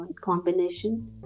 combination